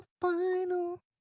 final